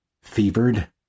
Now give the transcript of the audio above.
fevered